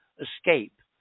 escape